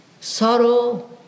sorrow